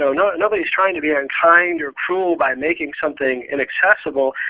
nobody's trying to be unkind or cruel by making something inaccessible.